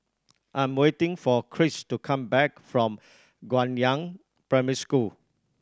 I'm waiting for Chris to come back from Guangyang Primary School